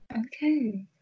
Okay